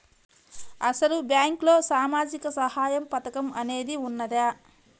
అసలు బ్యాంక్లో సామాజిక సహాయం పథకం అనేది వున్నదా?